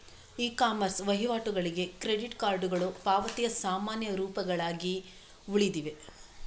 E commerce ವಹಿವಾಟುಗಳಿಗೆ credit ಕಾರ್ಡುಗಳು ಪಾವತಿಯ ಸಾಮಾನ್ಯ ರೂಪಗಳಾಗಿ ಉಳಿದಿವೆ